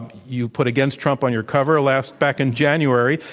you put against trump on your cover last back in january.